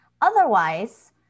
Otherwise